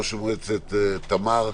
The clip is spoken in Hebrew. ראש מועצת תמר,